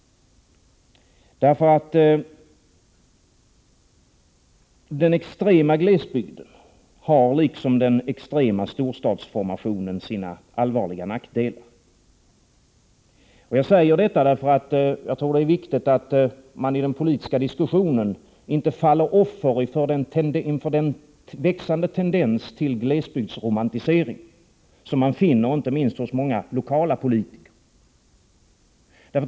Den extrema glesbygden har liksom den extrema storstadsformationen sina allvarliga nackdelar. Jag säger detta därför att jag tror att det är viktigt att man i den politiska diskussionen inte faller offer för den växande tendens till glesbygdsromantisering som man finner inte minst hos många lokala politiker.